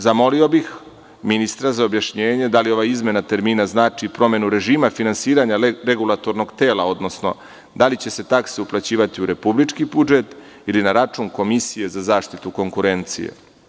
Zamolio bih ministra za objašnjenje da li ova izmena termina znači promenu režima finansiranja regulatornog tela, odnosno da li će se takse uplaćivati u republički budžet ili na račun komisije za zaštitu konkurencije.